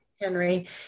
henry